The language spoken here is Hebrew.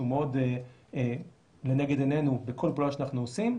שהוא מאוד לנגד עינינו בכל פעולה שאנחנו עושים,